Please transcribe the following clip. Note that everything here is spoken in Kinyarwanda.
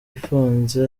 ifunze